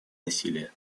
насилие